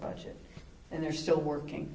budget and they're still working